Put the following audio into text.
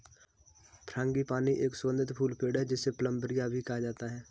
frangipani एक सुगंधित फूल पेड़ है, जिसे प्लंबरिया भी कहा जाता है